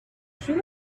still